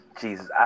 Jesus